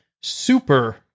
super